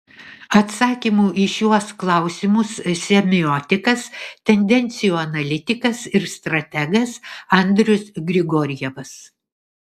atsakymų į šiuos klausimus semiotikas tendencijų analitikas ir strategas andrius grigorjevas